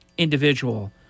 individual